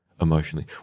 emotionally